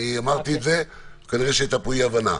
אני אמרתי את זה, כנראה שהייתה פה אי הבנה.